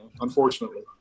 unfortunately